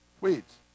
weeds